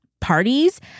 parties